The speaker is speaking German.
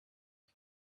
auf